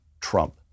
Trump